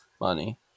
money